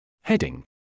Heading